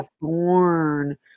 born